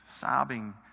sobbing